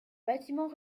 bâtiments